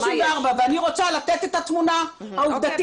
מבקשת לדייק.